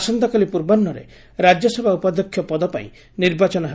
ଆସନ୍ତାକାଲି ପୂର୍ବାହ୍ନରେ ରାଜ୍ୟସଭା ଉପାଧ୍ୟକ୍ଷ ପଦପାଇଁ ନିର୍ବାଚନ ହେବ